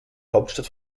hauptstadt